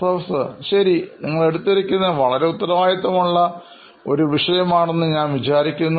professor ശരി നിങ്ങൾ എടുത്തിരിക്കുന്നത് വളരെ ഉത്തരവാദിത്വമുള്ള ഒരു വിഷയം ആണെന്ന് ഞാൻ കരുതുന്നു